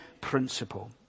principle